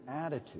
attitude